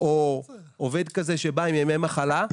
או עובד כזה שבא עם ימי מחלה.